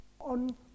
on